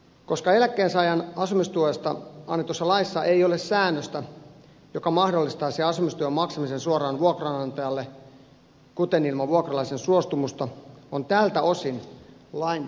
koska eläkkeensaajan asumistuesta annetussa laissa ei ole säännöstä joka mahdollistaisi asumistuen maksamisen suoraan vuokranantajalle ilman vuokralaisen suostumusta on tältä osin lain parantaminen välttämätöntä